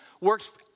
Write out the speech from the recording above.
works